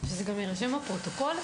שזה גם יירשם בפרוטוקול.